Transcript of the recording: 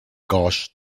gauge